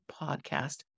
podcast